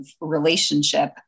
relationship